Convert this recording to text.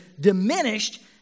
diminished